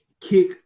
kick